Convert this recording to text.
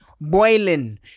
boiling